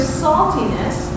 saltiness